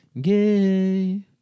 Gay